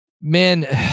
man